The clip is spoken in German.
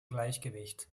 gleichgewicht